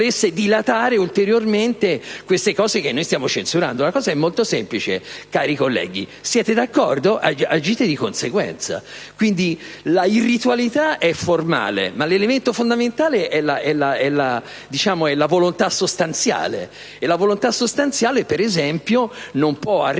È molto semplice, cari colleghi; siete d'accordo? Agite di conseguenza. L'irritualità è formale, ma l'elemento fondamentale è la volontà sostanziale. Tale volontà, per esempio, non può arrivare